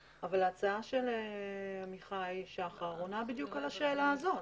ההצעה של עמיחי שחר עונה בדיוק על השאלה הזאת.